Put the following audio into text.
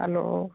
hello